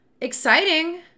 Exciting